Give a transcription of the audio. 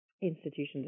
institutions